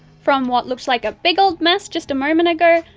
from what looked like a big old mess just a moment ago,